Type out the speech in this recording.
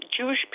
Jewish